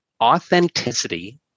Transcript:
authenticity